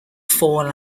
four